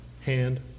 hand